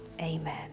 Amen